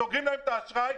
סוגרים להם את האשראי,